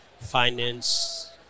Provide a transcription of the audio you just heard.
finance